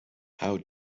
how